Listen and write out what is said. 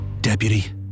Deputy